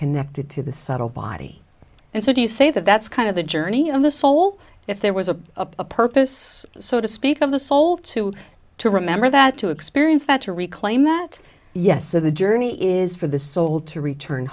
connected to the subtle body and so do you say that that's kind of the journey of the soul if there was a purpose so to speak of the soul too to remember that to experience that to reclaim that yes so the journey is for the soul to return